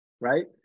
right